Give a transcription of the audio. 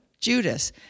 Judas